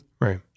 Right